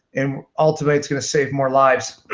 um ultimately, it's going to save more lives.